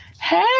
Hey